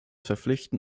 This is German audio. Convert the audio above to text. verpflichten